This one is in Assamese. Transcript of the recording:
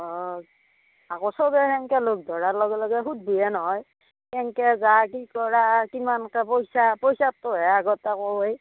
অঁ আকৌ চবে সেনকে লগ ধৰাৰ লগে লগে সুধবোয়ে নহয় কেনকে যা কি কৰা কিমানকে পইচা পইচাটোহে আগত আকৌ হয়